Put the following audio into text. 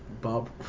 Bob